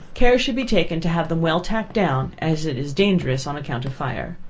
care should be taken to have them well tacked down, as it is dangerous on account of fire.